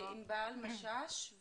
עינבל משש.